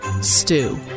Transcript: stew